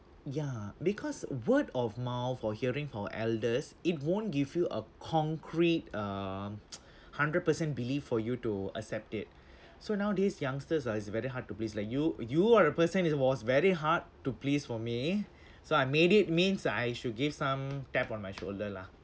ya because word of mouth or hearing from elders it won't give you a concrete um hundred percent believe for you to accept it so nowadays youngsters ah it's very hard to please like you you are a person it was very hard to please for me so I made it means I should give some tap on my shoulder lah